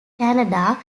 canada